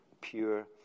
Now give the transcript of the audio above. pure